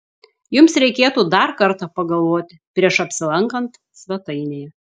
jums reikėtų dar kartą pagalvoti prieš apsilankant svetainėje